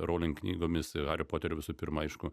rowling knygomis ir hariu poteriu visų pirma aišku